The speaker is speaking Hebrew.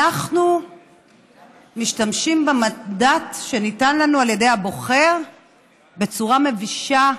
אנחנו משתמשים במנדט שניתן לנו על ידי הבוחר בצורה מבישה,